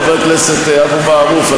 חבר הכנסת אבו מערוף,